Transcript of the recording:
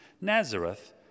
Nazareth